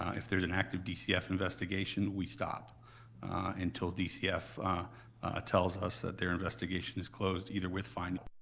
if there's an active dcf investigation, we stop until dcf ah tells us that their investigation is closed, either with finding